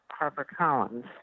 HarperCollins